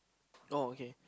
oh okay